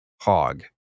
hog